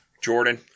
Jordan